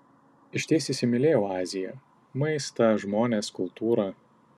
išties įsimylėjau aziją maistą žmones kultūrą